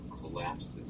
collapses